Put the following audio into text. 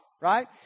right